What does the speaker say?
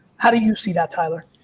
how do you see that tyler?